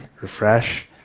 Refresh